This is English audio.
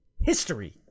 history